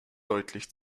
deutlich